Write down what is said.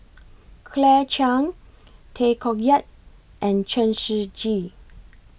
Claire Chiang Tay Koh Yat and Chen Shiji